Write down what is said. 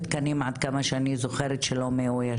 עד כמה שאני זוכרת, יש כ-1,000 תקנים לא מאוישים.